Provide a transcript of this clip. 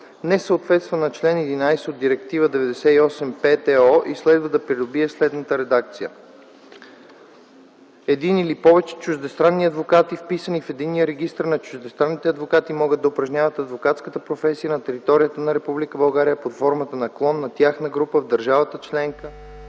не съответства на чл. 11 от Директива 98/5/ЕО и следва да придобие следната редакция: „(2) Един или повече чуждестранни адвокати, вписани в Единния регистър на чуждестранните адвокати, могат да упражняват адвокатската професия на територията на Република България под формата на клон на тяхната група в държавата-членка